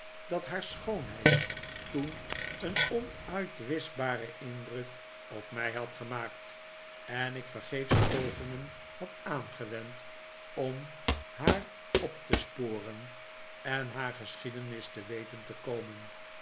dat haar schoonheid toen een onuitwischbaren indruk op mij had gemaakt en ik vergeefsche pogingen had aangewend om haar op te sporen en haar geschiedenis te weten te komen